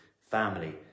family